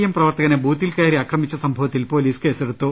M പ്രവർത്തകനെ ബൂത്തിൽ കയറി ആക്രമിച്ച സംഭവത്തിൽ പൊലീസ് കേസെടുത്തു